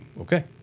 okay